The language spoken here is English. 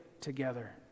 together